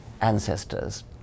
ancestors